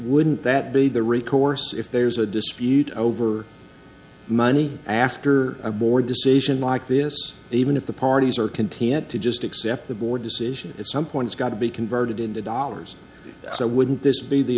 wouldn't that be the recourse if there's a dispute over money after a board decision like this even if the parties are content to just accept the board decision at some point it's got to be converted into dollars so wouldn't this be the